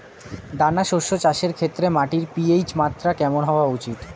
দানা শস্য চাষের ক্ষেত্রে মাটির পি.এইচ মাত্রা কেমন হওয়া উচিৎ?